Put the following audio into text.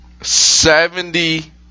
Seventy